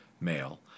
male